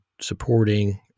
supporting